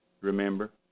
remember